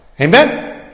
Amen